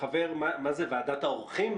כחבר ועדת העורכים?